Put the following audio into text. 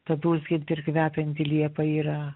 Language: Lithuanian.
ta dūzgianti ir kvepianti liepa yra